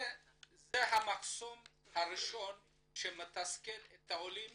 זה המחסום הראשון שמתסכל את העולים